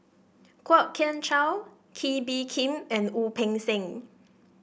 Kwok Kian Chow Kee Bee Khim and Wu Peng Seng